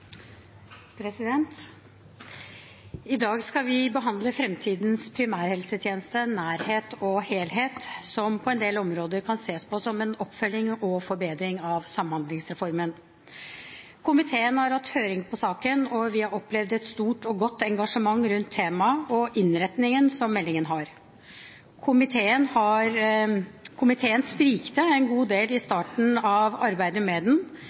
vedtatt. I dag skal vi behandle meldingen Fremtidens primærhelsetjeneste – nærhet og helhet, som på en del områder kan ses på som en oppfølging og forbedring av Samhandlingsreformen. Komiteen har hatt saken på høring, og vi har opplevd et stort og godt engasjement rundt temaet og innretningen som meldingen har. Komiteen sprikte en god del i starten av arbeidet med den.